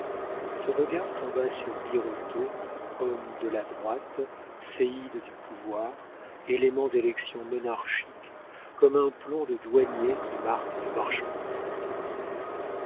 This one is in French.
ce regard tomba sur birotteau homme de la droite séide du pouvoir élément d'élection monarchique comme un plomb de douanier qui marque une marchandise